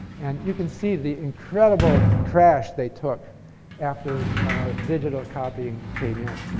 and you can see the incredible crash they took after digital copying came in.